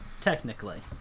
Technically